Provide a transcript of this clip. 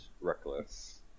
reckless